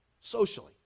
socially